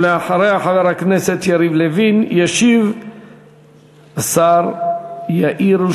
ואחריה, חבר הכנסת יריב לוין, הצעה לסדר-היום